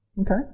Okay